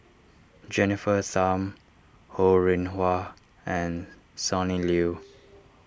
Jennifer Tham Ho Rih Hwa and Sonny Liew